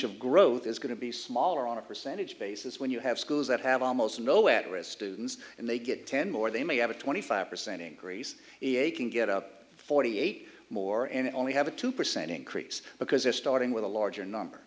of growth is going to be smaller on a percentage basis when you have schools that have almost no at risk students and they get ten more they may have a twenty five percent increase in a can get up forty eight more and only have a two percent increase because they're starting with a larger number